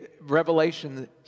Revelation